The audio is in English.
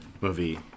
movie